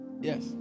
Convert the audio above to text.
Yes